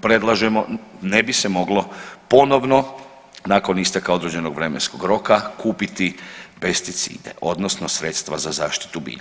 predlažemo ne bi se moglo ponovno nakon isteka određenog vremenskog roka kupiti pesticide odnosno sredstva za zaštitu bilja.